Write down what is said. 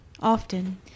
often